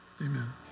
Amen